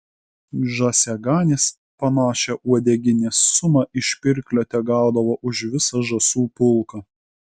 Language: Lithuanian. žąsiaganės panašią uodeginės sumą iš pirklio tegaudavo už visą žąsų pulką